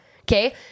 Okay